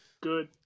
good